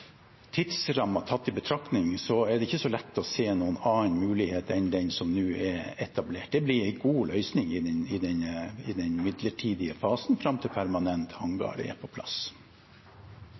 lett å se noen annen mulighet enn den som nå er etablert. Det blir en god løsning i den midlertidige fasen fram til en permanent hangar er på plass.